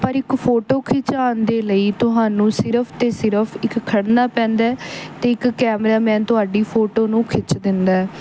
ਪਰ ਇੱਕ ਫੋਟੋ ਖਿਚਾਉਣ ਦੇ ਲਈ ਤੁਹਾਨੂੰ ਸਿਰਫ ਅਤੇ ਸਿਰਫ ਇੱਕ ਖੜ੍ਹਨਾ ਪੈਂਦਾ ਅਤੇ ਇੱਕ ਕੈਮਰਾ ਮੈਨ ਤੁਹਾਡੀ ਫੋਟੋ ਨੂੰ ਖਿੱਚ ਦਿੰਦਾ